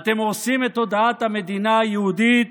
אתם הורסים את תודעת המדינה היהודית